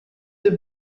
the